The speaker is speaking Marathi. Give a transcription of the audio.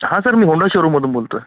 हां सर मी होंडा शोरूममधून बोलतो आहे